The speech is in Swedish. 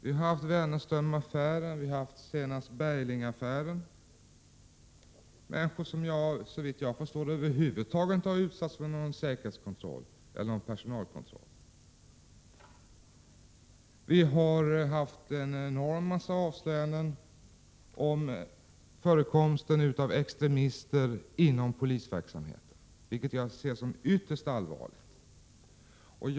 Vi har haft Wennerströmaffären och nu senast Berglingaffären. Det är människor som såvitt jag förstår över huvud taget inte har utsatts för någon säkerhetskontroll eller personalkontroll. Vi har haft ett enormt antal avslöjanden om förekomsten av extremister inom polisverksamheten, vilket jag ser som ytterst allvarligt.